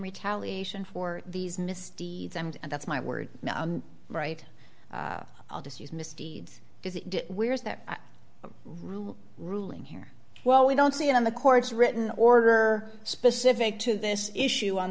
retaliation for these misdeeds and that's my word right i'll just use misdeeds where's the ruling here well we don't see it in the courts written order specific to this issue on